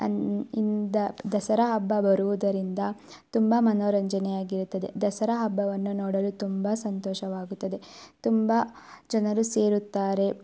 ಇಂದ ದಸರಾ ಹಬ್ಬ ಬರುವುದರಿಂದ ತುಂಬ ಮನೋರಂಜನೆಯಾಗಿರುತ್ತದೆ ದಸರಾ ಹಬ್ಬವನ್ನು ನೋಡಲು ತುಂಬ ಸಂತೋಷವಾಗುತ್ತದೆ ತುಂಬ ಜನರು ಸೇರುತ್ತಾರೆ